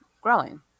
growing